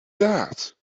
that